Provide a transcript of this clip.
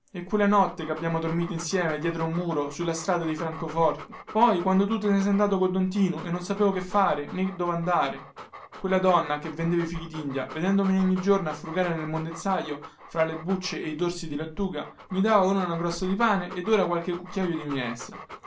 e quella notte che abbiamo dormito insieme dietro un muro sulla strada di francofonte poi quando tu te ne sei andato con don tinu e non sapevo che fare nè dove andare quella donna che vendeva i fichidindia vedendomi ogni giorno a frugare nel mondezzaio fra le bucce e i torsi di lattuga mi dava ora una crosta di pane ed ora qualche cucchiaio di minestra